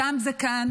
שם זה כאן,